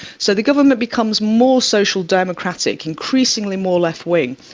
so the government becomes more social democratic, increasingly more left wing,